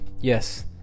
Yes